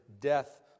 death